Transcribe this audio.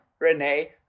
Renee